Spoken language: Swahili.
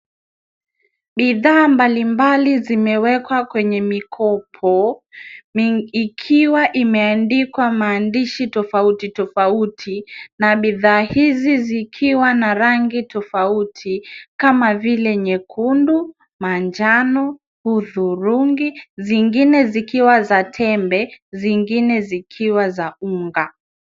Bidhaa mbalimbali zimewekwa kwenye mikopo ikiwa imeandikwa maandishi tofautitofauti na bidhaa hizi zikiwa na rangi tofauti kama vile nyekundu, manjano, hudhurungi, zingine zikiwa za tembe, zingine zikiwa za unga.